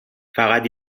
فقط